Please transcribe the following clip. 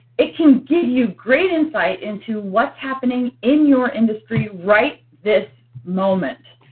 it can give you great insight into what's happening in your industry right this moment.